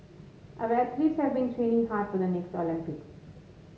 our athletes have been training hard for the next Olympics